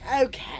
Okay